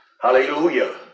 Hallelujah